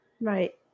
Right